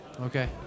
okay